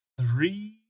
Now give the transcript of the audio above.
three